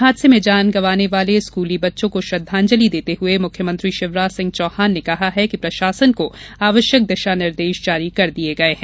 हादसे में जान गंवाने वाले स्कूली बच्चों को श्रद्धांजलि देते हुए मुख्यमंत्री शिवराज सिंह चौहान ने कहा कि प्रशासन को आवश्यक दिशानिर्देश जारी कर दिए गए हैं